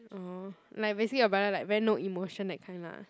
orh like basically your brother like very no emotion that kind lah